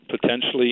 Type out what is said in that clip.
Potentially